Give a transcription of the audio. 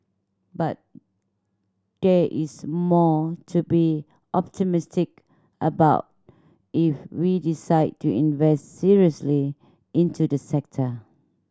but there is more to be optimistic about if we decide to invest seriously into this sector